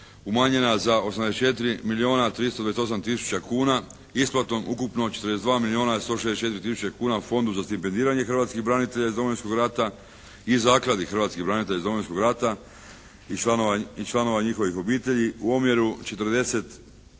umanjena za 84 milijuna 328 tisuća kuna isplatom ukupno 42 milijuna 164 tisuće kuna Fondu za stipendiranje hrvatskih branitelja iz Domovinskog rata i Zakladi hrvatskih branitelja iz Domovinskog rata i članova njihovih obitelji u omjeru 40:60.